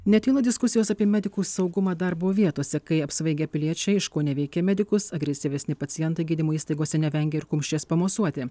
netyla diskusijos apie medikų saugumą darbo vietose kai apsvaigę piliečiai iškoneveikia medikus agresyvesni pacientai gydymo įstaigose nevengia ir kumščiais pamosuoti